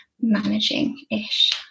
managing-ish